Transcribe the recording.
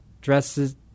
dresses